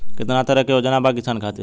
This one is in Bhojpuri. केतना तरह के योजना बा किसान खातिर?